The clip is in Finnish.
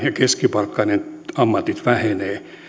ja keskipalkkaiset ammatit vähenevät